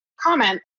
comment